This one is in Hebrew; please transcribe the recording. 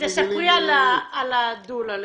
תספרי על הדולה לדוגמה.